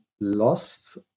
lost